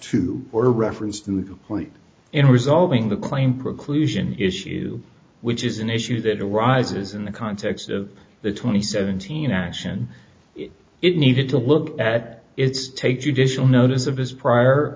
to or reference to the point in resolving the claim preclusion issue which is an issue that arises in the context of the twenty seventeen action it needed to look at its take judicial notice of his prior